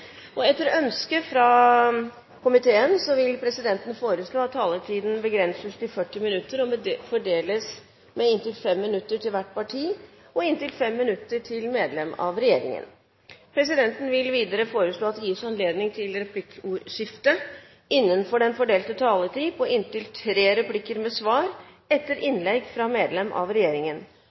og kulturkomiteen vil presidenten foreslå at taletiden begrenses til 40 minutter og fordeles med inntil 5 minutter til hvert parti og inntil 5 minutter til medlem av regjeringen. Presidenten vil videre foreslå at det gis anledning til replikkordskifte på inntil tre replikker med svar etter innlegg fra medlem av regjeringen